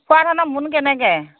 খোৱা ধানৰ মোন কেনেকৈ